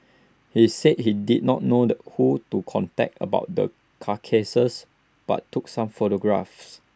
he said he did not know the who to contact about the carcasses but took some photographs